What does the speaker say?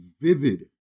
vivid